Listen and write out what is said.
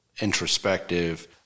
introspective